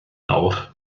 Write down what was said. nawr